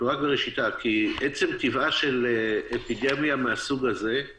כי עצם טבעה של אפידמיה מהסוג הזה הוא